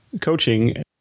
coaching